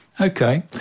Okay